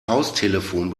haustelefon